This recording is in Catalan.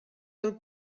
del